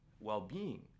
well-being